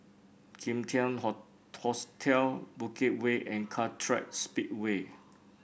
Kim Tian Ho Hostel Bukit Way and Kartright Speedway